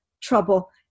trouble